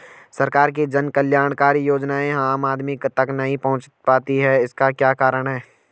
सरकार की जन कल्याणकारी योजनाएँ आम आदमी तक नहीं पहुंच पाती हैं इसका क्या कारण है?